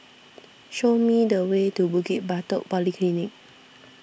show me the way to Bukit Batok Polyclinic